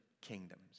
kingdoms